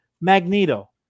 Magneto